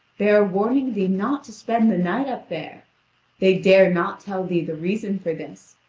they are warning thee not to spend the night up there they dare not tell thee the reason for this,